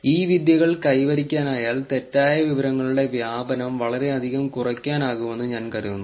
ഈ വിദ്യകൾ കൈവരിക്കാനായാൽ തെറ്റായ വിവരങ്ങളുടെ വ്യാപനം വളരെയധികം കുറയ്ക്കാനാകുമെന്ന് ഞാൻ കരുതുന്നു